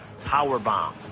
Powerbomb